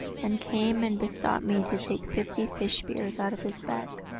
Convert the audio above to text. and came and besought me to take fifty fish spears out of his back.